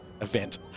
event